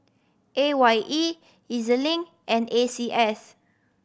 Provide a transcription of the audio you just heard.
A Y E E Z Link and A C S